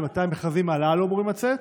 ומתי המכרזים הללו אמורים לצאת?